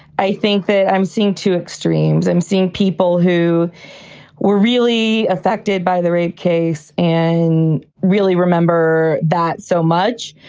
i think that i'm seeing two extremes. i'm seeing people who were really affected by the rape case and really remember that so much.